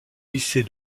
lycée